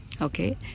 Okay